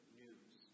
news